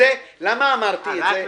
למה אמרתי את זה?